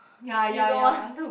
ya ya ya